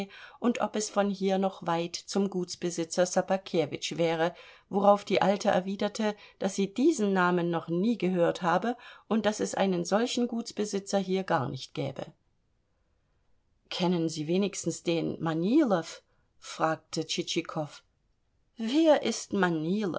und ob es von hier noch weit zum gutsbesitzer ssobakewitsch wäre worauf die alte erwiderte daß sie diesen namen noch nie gehört habe und daß es einen solchen gutsbesitzer hier gar nicht gäbe kennen sie wenigstens den manilow fragte tschitschikow wer ist manilow